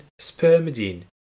spermidine